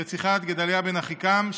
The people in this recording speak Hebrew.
רציחת גדליה בן אחיקם,